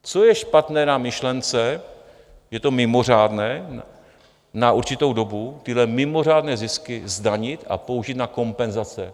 Co je špatné na myšlence je to mimořádné na určitou dobu tyhle mimořádné zisky zdanit a použít na kompenzace?